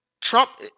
Trump